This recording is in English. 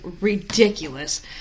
ridiculous